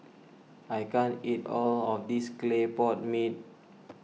I can't eat all of this Clay Pot Mee